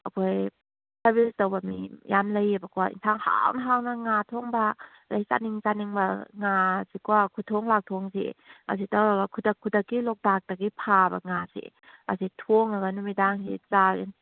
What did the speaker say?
ꯑꯩꯈꯣꯏ ꯁꯥꯔꯕꯤꯁ ꯇꯧꯕ ꯃꯤ ꯌꯥꯝꯅ ꯂꯩꯌꯦꯕꯀꯣ ꯌꯦꯟꯁꯥꯡ ꯍꯥꯎꯅ ꯍꯥꯎꯅ ꯉꯥ ꯊꯣꯡꯕ ꯑꯗꯨꯗꯩ ꯆꯥꯅꯤꯡ ꯆꯥꯅꯤꯡꯕ ꯉꯥꯁꯨꯀꯣ ꯈꯨꯊꯣꯡ ꯂꯥꯛꯊꯣꯡꯁꯦ ꯑꯁꯤ ꯇꯧꯔꯒ ꯈꯨꯗꯛ ꯈꯨꯗꯛꯀꯤ ꯂꯣꯛꯇꯥꯛꯇꯒꯤ ꯐꯥꯕ ꯉꯥꯁꯦ ꯑꯁꯤ ꯊꯣꯡꯉꯒ ꯅꯨꯃꯤꯗꯥꯡꯁꯤ ꯆꯥꯒꯅꯤ